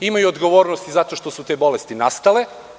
Imaju odgovornost i zato što su te bolesti nastale.